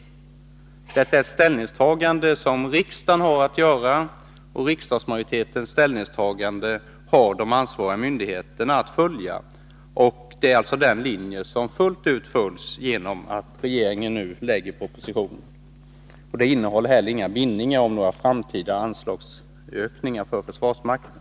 Det är ett ställningstagande som riksdagen har att göra, och riksdagsmajoritetens ställningstagande har de ansvariga myndigheterna att rätta sig efter. Det är alltså den linje som fullt ut följs genom att regeringen nu lägger en proposition. Denna innehåller inte heller några bindningar om framtida anslagsökningar för försvarsmakten.